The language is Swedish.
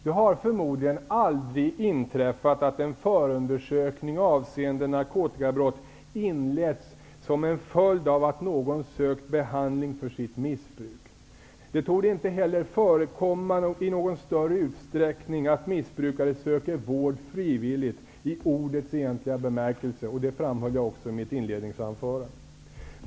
Det har förmodligen aldrig inträffat att en förundersökning avseende narkotikabrott har gjorts som en följd av att någon sökt behandling för sitt missbruk. Det torde inte heller förekomma i någon större utsträckning att en missbrukare söker vård frivilligt i ordets egentliga bemärkelse, och det framhöll jag också i mitt inledningsanförande.